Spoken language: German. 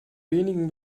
wenigen